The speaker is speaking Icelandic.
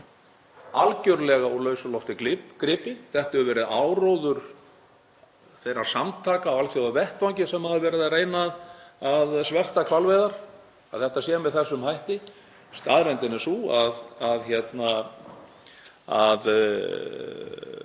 algerlega úr lausu lofti gripið. Þetta hefur verið áróður þeirra samtaka á alþjóðavettvangi sem hafa verið að reyna að sverta hvalveiðar, að þetta sé með þessum hætti. Staðreyndin er sú að